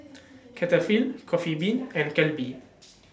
Cetaphil Coffee Bean and Calbee